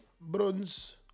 Bronze